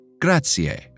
grazie